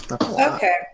Okay